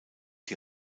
die